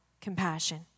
compassion